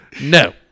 No